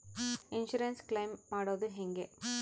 Insurance claim ಮಾಡದು ಹೆಂಗೆ?